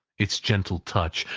its gentle touch,